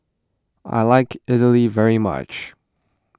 I like Idly very much